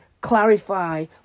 clarify